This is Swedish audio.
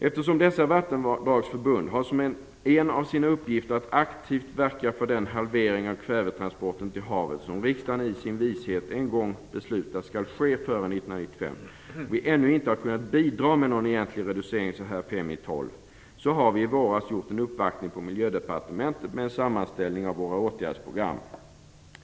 Eftersom dessa vattenvårdsförbund har som en av sina uppgifter att aktivt verka för den halvering av kvävetransporten till havet som riksdagen i sin vishet en gång beslutat skall ske före 1995 och vi ännu inte har kunnat bidra med någon egentlig reducering så här fem i tolv, har vi i våras gjort en uppvaktning hos Miljödepartementet med en sammanställning av våra åtgärdsprogram.